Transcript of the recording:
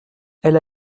elle